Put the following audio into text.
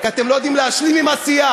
כי אתם לא יודעים להשלים עם עשייה,